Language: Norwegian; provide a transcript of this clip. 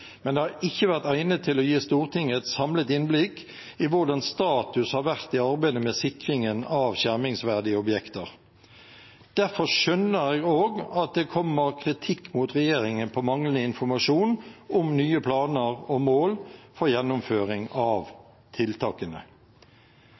men det har ikke vært egnet til å gi Stortinget et samlet innblikk i hvordan status har vært i arbeidet med sikringen av skjermingsverdige objekter. Derfor skjønner jeg også at det kommer kritikk mot regjeringen for manglende informasjon om nye planer og mål for gjennomføring av